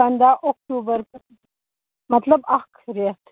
پَنٛدہ اکتوٗبَر مطلب اَکھ رٮ۪تھ